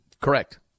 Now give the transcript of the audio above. correct